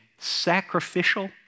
sacrificial